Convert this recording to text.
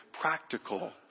practical